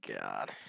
God